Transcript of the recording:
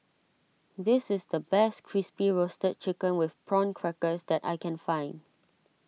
this is the best Crispy Roasted Chicken with Prawn Crackers that I can find